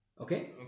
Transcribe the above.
Okay